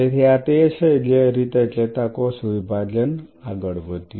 તેથી આ તે છે જે રીતે ચેતાકોષ વિભાજન આગળ વધ્યું